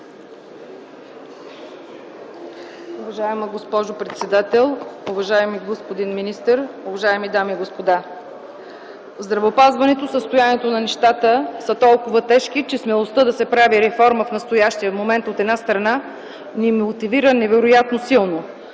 Уважаема госпожо председател, уважаеми господин министър, уважаеми дами и господа! В здравеопазването състоянието на нещата е толкова тежко, че смелостта да се прави реформа в настоящия момент от една страна ни мотивира невероятно силно,